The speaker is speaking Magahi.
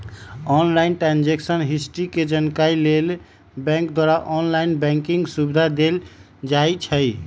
ऑनलाइन ट्रांजैक्शन हिस्ट्री के जानकारी लेल बैंक द्वारा ऑनलाइन बैंकिंग सुविधा देल जाइ छइ